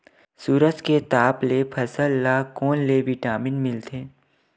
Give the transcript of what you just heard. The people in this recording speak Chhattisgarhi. सूरज के ताप ले फसल ल कोन ले विटामिन मिल थे?